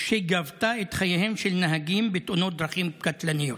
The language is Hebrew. שגבה את חייהם של נהגים בתאונות דרכים קטלניות.